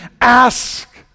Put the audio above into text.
ask